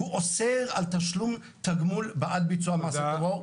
הוא אוסר על תשלום תגמול בעד ביצוע מעשי טרור.